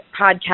podcast